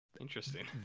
interesting